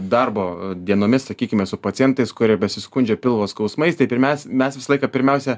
darbo dienomis sakykime su pacientais kurie besiskundžia pilvo skausmais taip ir mes mes visą laiką pirmiausia